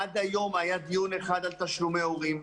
עד היום היה דיון אחד על תשלומי ההורים.